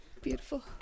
Beautiful